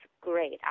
great